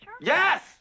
Yes